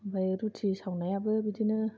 ओमफ्राय रुटि सावनायाबो बिदिनो